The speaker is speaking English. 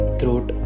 throat